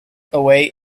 away